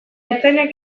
ertzaintzak